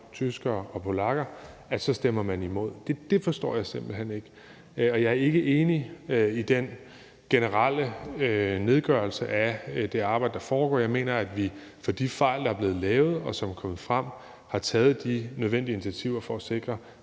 tyskere og polakker, så stemmer man imod. Det forstår jeg simpelt hen ikke. Og jeg er ikke enig i den generelle nedgørelse af det arbejde, der foregår. Jeg mener, at vi for de fejl, der er blevet lavet, og som er kommet frem, har taget de nødvendige initiativer for at sikre,